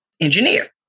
engineer